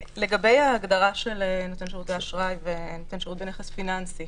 רק לגבי ההגדרה של נותן שירותי אשראי ונותן שירות בנכס פיננסי